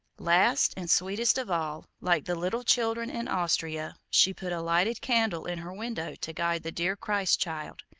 last, and sweetest of all, like the little children in austria, she put a lighted candle in her window to guide the dear christ-child,